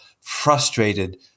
frustrated